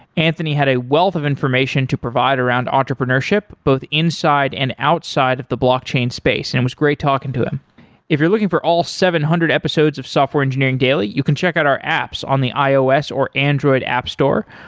anthony had a wealth of information to provide around entrepreneurship both inside and outside of the blockchain space. and it was great talking to him if you're looking for all seven hundred episodes of software engineering daily, you can check out our apps on the ios or android app store.